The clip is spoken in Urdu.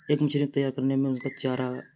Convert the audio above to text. ایک مچھلی کو تیار کرنے میں ان کا چارہ